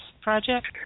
project